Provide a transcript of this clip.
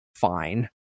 fine